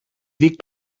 δει